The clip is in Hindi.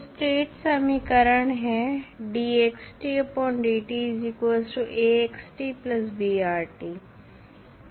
तो स्टेट समीकरण है